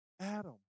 Adam